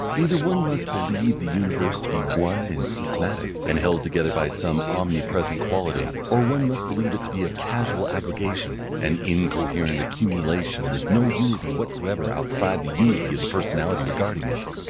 either one must believe the universe to be one and systematic, and held together by some omnipresent quality, or one must believe it to be a casual aggregation, an incoherent accumulation with no unity whatsoever outside the unity of the personality regarding it.